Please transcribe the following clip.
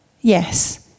Yes